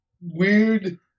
weird